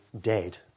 dead